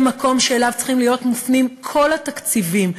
היא המקום שאליו צריכים להיות מופנים כל התקציבים.